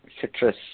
citrus